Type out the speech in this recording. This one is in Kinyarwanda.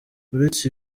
uretse